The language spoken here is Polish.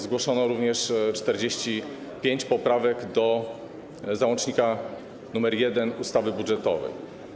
Zgłoszono również 45 poprawek do załącznika nr 1 ustawy budżetowej.